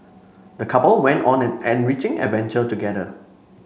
the couple went on an enriching adventure together